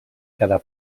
quedar